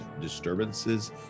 disturbances